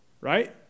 right